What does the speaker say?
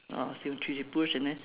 ah one two three push and then